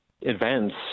events